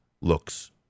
looks